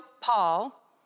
Paul